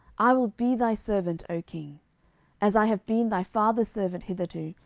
i will be thy servant, o king as i have been thy father's servant hitherto,